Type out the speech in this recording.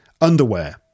Underwear